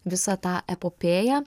visą tą epopėją